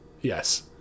yes